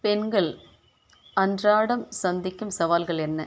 பெண்கள் அன்றாடம் சந்திக்கும் சவால்கள் என்ன